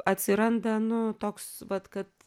atsiranda nu toks vat kad